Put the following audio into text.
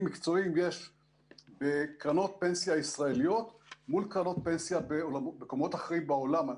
מקצועיים יש בקרנות פנסיה הישראליות מול קרנות פנסיה במקומות אחרים בעולם.